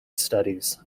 studies